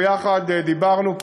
ביחד דיברנו,